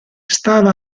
stava